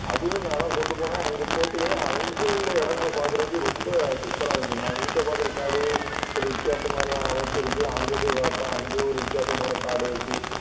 அதுவும் நான்தான் கொண்டுப்போனேன் அங்கே போகச்சொல்லையும் அங்கே உள்ள இடங்கள பார்க்குறதுக்கு ரொம்ப சூப்பராஞ்சு நான் இங்கே பார்க்குற காடு ஒரு வித்தியாசமான அமைப்பிருக்கு அங்கே போய் பார்த்தா அங்கே ஒரு வித்தியாசமான காடிருக்கு